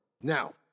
Now